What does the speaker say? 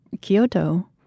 Kyoto